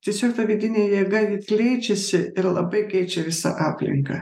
tiesiog ta vidinė jėga ji plėčiasi ir labai keičia visą aplinką